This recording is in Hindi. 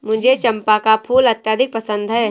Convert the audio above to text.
मुझे चंपा का फूल अत्यधिक पसंद है